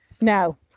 now